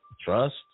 trust